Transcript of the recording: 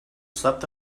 slept